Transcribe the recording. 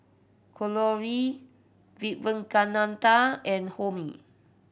Kalluri Vivekananda and Homi